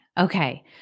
Okay